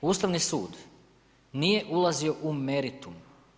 Ustavni sud nije ulazio u meritum.